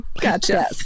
Gotcha